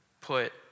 put